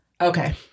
Okay